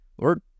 Lord